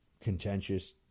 contentious